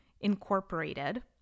incorporated